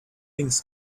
things